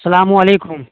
السلام علیکم